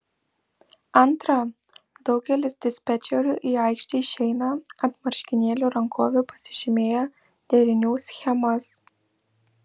antra daugelis dispečerių į aikštę išeina ant marškinėlių rankovių pasižymėję derinių schemas